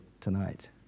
tonight